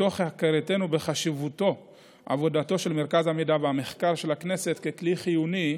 מתוך הכרתנו בחשיבות עבודתו של מרכז המידע והמחקר של הכנסת ככלי חיוני,